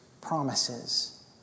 promises